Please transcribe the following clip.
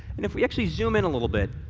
and if we actually zoom in a little bit,